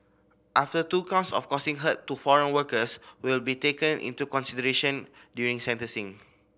after two counts of causing hurt to foreign workers will be taken into consideration during sentencing